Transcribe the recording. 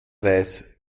weiß